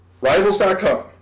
Rivals.com